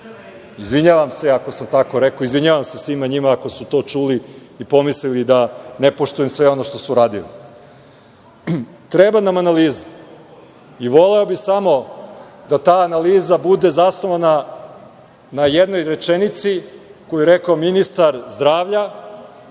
Izvinjavam se ako sam tako rekao. Izvinjavam se svima njima ako su to čuli i pomislili da ne poštujem sve ono što su uradili. Treba nam analiza i voleo bih samo da ta analiza bude zasnovana na jednoj rečenici koju je rekao ministar zdravlja,